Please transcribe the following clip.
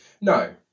No